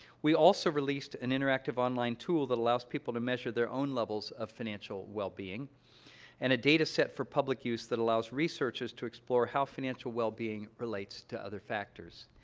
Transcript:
we also released an interactive online tool that allows people to measure their own levels of financial wellbeing and a data set for public use that allows researchers to explore how financial wellbeing relates to other factors.